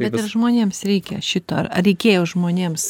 bet žmonėms reikia šito ar reikėjo žmonėms